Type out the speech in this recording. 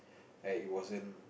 like it wasn't